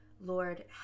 Lord